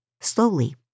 slowly